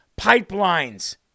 pipelines